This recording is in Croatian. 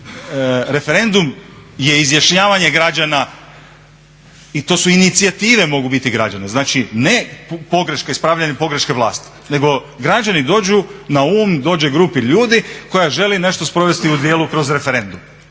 referendum je izjašnjavanje građana i to su inicijative građana, znači ne pogreške, ispravljanje pogreške vlasti, nego građani dođu na um, dođe grupi ljudi koja želi nešto sprovesti u djelo kroz referendum.